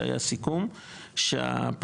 שהיה סיכום שהפעימה